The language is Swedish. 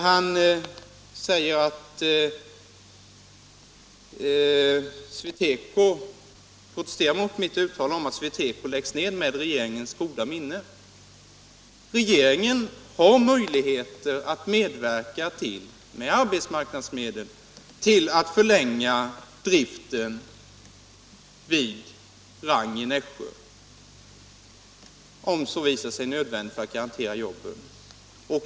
Han säger att SweTeco protesterar mot mitt uttalande om att SweTeco läggs ned med regeringens goda minne. Regeringen har möjlighet att genom användande av arbetsmarknadsmedel förlänga driften vid Rang i Nässjö om så visar sig nödvändigt för att garantera jobben.